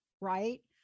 right